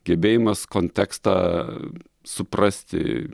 gebėjimas kontekstą suprasti